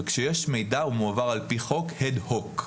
וכשיש מידע הוא מועבר על ידי החוק אד-הוק.